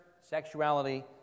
sexuality